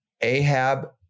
Ahab